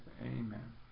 Amen